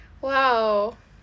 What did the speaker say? !wow!